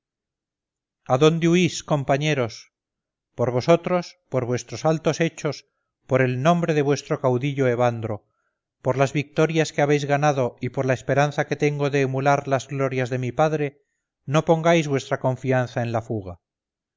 adónde huis compañeros por vosotros por vuestros altos hechos por el nombre de vuestro caudillo evandro por las victorias que habéis ganado y por la esperanza que tengo de emular las glorias de mi padre no pongáis vuestra confianza en la fuga